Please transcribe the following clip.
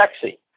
sexy